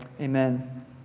Amen